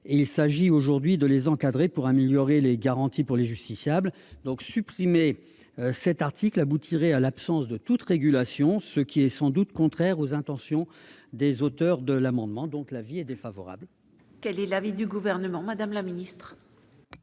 il s'agit de les encadrer pour améliorer les garanties pour les justiciables. Supprimer cet article aboutirait à accepter l'absence de toute régulation, ce qui est sans doute contraire aux intentions des auteurs de l'amendement. L'avis est donc défavorable. Quel est l'avis du Gouvernement ? Comme vient